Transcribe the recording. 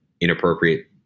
inappropriate